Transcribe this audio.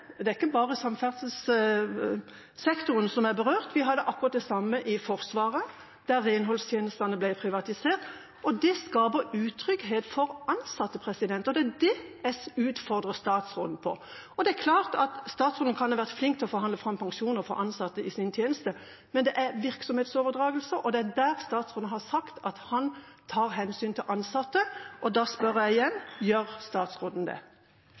bare samferdselssektoren som er berørt, vi hadde akkurat det samme i Forsvaret, der renholdstjenestene ble privatisert. Det skaper utrygghet for ansatte. Det er det jeg utfordrer statsråden på. Det er klart at statsråden kan ha vært flink til å forhandle fram pensjoner for ansatte i sin tjeneste, men det er virksomhetsoverdragelse, og der har statsråden sagt han tar hensyn til ansatte. Da spør jeg igjen: Gjør statsråden det?